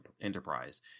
enterprise